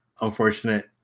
unfortunate